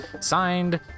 Signed